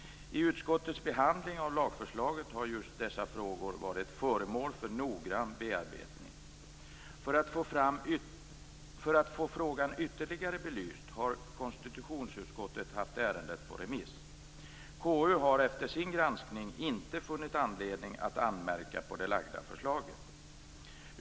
I utskottets behandling av lagförslaget har just dessa frågor varit föremål för noggrann bearbetning. För att få frågan ytterligare belyst har konstitutionsutskottet haft ärendet på remiss. Konstitutionsutskottet har efter sin granskning inte funnit anledning att anmärka på det framlagda förslaget.